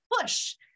push